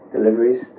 deliveries